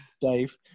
Dave